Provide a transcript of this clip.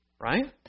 Right